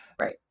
Right